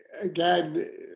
Again